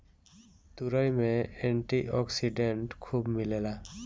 तुरई में antioxidant खूब मिलेला